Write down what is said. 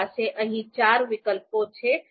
આપણી પાસે અહીં ચાર વિકલ્પો છે